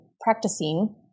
practicing